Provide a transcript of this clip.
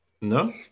No